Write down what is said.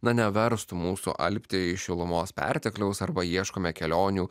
na neverstų mūsų alpti iš šilumos pertekliaus arba ieškome kelionių